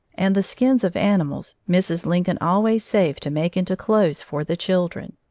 and the skins of animals mrs. lincoln always saved to make into clothes for the children.